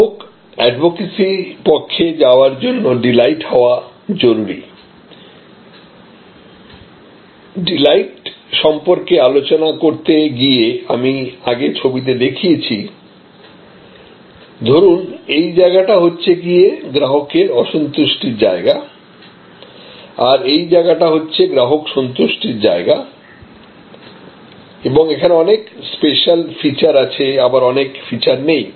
গ্রাহক অ্যাডভোকেসি পক্ষে যাবার জন্য ডিলাইট হওয়া জরুরি ডিলাইট সম্পর্কে আলোচনা করতে গিয়ে আমি আগে ছবিতে দেখিয়েছি ধরুন এই জায়গাটা হচ্ছে গিয়ে গ্রাহকের অসন্তুষ্টির জায়গা আর এই জায়গাটা হচ্ছে গ্রাহক সন্তুষ্টির জায়গা এবং এখানে অনেক স্পেশাল ফিচার আছে আবার অনেক ফিচার নেই